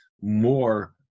more